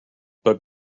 but